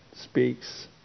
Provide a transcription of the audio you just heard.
Speaks